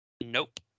Nope